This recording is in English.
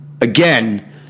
again